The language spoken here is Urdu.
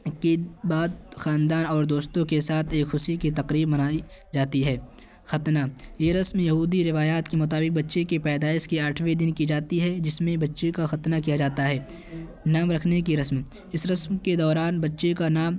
کی باد خاندان اور دوستوں کے ساتھ یہ خوشی کی تقریب منائی جاتی ہے ختنہ یہ رسم یہودی روایات کے مطابق بچے کی پیدائش کے آٹھویں دن کی جاتی ہے جس میں بچے کا ختنہ کیا جاتا ہے نام رکھنے کی رسم اس رسم کے دوران بچے کا نام